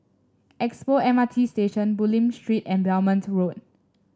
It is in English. Expo M R T Station Bulim Street and Belmont Road